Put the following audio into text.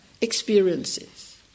experiences